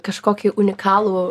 kažkokį unikalų